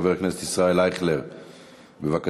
חבר הכנסת ישראל אייכלר, בבקשה.